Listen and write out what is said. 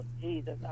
Jesus